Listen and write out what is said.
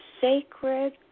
sacred